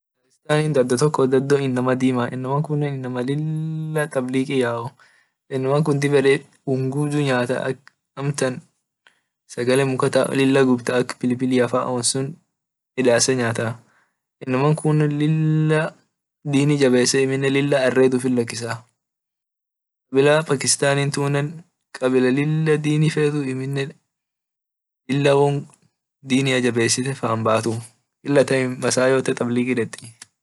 Pakistani dado tok dado inama dima inama kunne inama lila tabliq yayuu inamu kun dib ed won gubdu nyata sagale mukafaa ak pilipilia midase nyataa inamu kune lila dini jabese amine lila ared ufit lakisaa masaa yote tabliki det.